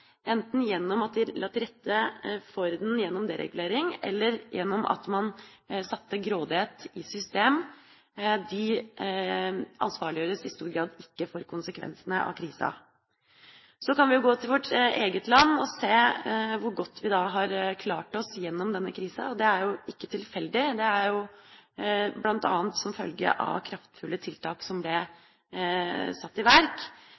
enten gjennom at de la til rette for den gjennom deregulering eller gjennom at man satte grådighet i system, ansvarliggjøres i stor grad ikke for konsekvensene av krisa. Så kan vi gå til vårt eget land og se hvor godt vi har klart oss gjennom denne krisa, og det er ikke tilfeldig. Det er bl.a. som følge av kraftfulle tiltak som ble satt i verk,